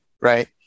right